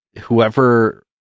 whoever